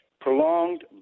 prolonged